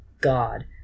god